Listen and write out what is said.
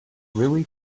really